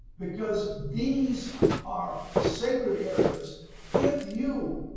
because these are sacred areas if you